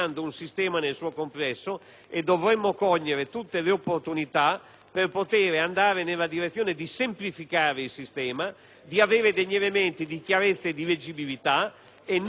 per poter andare nella direzione di semplificare il sistema e di avere elementi di chiarezza e di leggibilità e non elementi che in qualche modo possano contribuire a